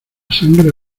sangre